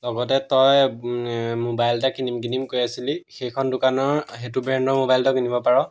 লগতে তই মোবাইল এটা কিনিম কিনিম কৈ আছিলি সেইখন দোকানৰ সেইটো ব্ৰেণ্ডৰ মোবাইলটো কিনিব পাৰ